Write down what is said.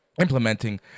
implementing